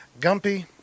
Gumpy